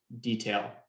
detail